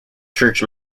church